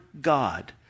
God